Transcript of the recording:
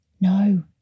no